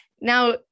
Now